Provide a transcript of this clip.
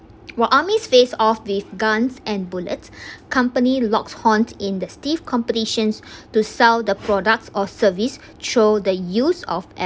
while armies face off with guns and bullets company locked horns in the stiff competitions to sell the product or service through the use of